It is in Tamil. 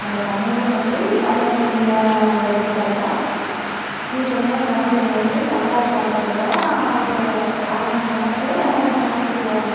நான் சமையலை வந்து சமையல்கட்டில் எடுத்துட்டாக்க சீக்கிரமாக சமைக்கிறது வந்து தக்காளி சாப்பாடு தான் ஒரு அரை மணி நேரத்தில் சமைச்சிடுவேன்